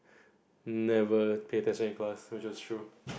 never pay attention in class which is true